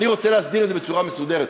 אני רוצה להסדיר את זה בצורה מסודרת.